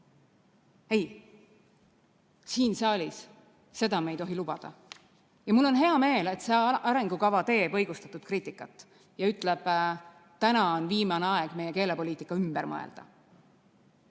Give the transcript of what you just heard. Ei, siin saalis me ei tohi seda lubada. Ja mul on hea meel, et see arengukava teeb õigustatud kriitikat ja ütleb, et on viimane aeg meie keelepoliitika ümber mõelda.